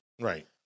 Right